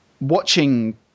watching